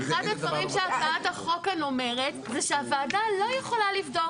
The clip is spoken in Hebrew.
ואחד הדברים שהצעת החוק כאן אומרת זה שהוועדה לא יכולה לבדוק.